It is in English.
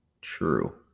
true